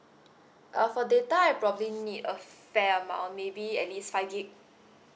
uh for data I probably need a fair amount maybe at least five gig